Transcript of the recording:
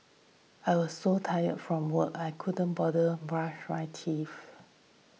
I was so tired from work I couldn't bother brush my teeth